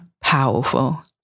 powerful